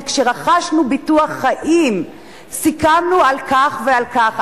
שבה רכשנו ביטוח חיים סיכמנו על כך ועל כך,